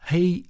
Hey